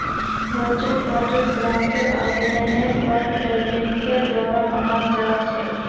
virtual कार्डक ग्राहकेर आवेदनेर पर बैंकेर द्वारा बनाल जा छेक